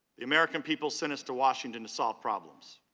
the american people sent us to washington to solve problems,